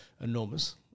enormous